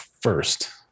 first